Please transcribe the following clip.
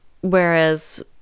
Whereas